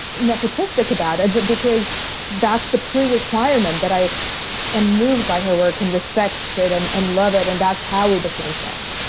nepotistic about it, but because that's the pre-requirement that i am moved by her work, and respect it, and and love it. and that's how we became friends.